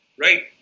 right